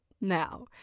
now